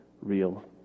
real